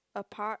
a park